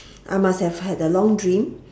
I must have had a long dream